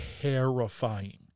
terrifying